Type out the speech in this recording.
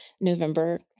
November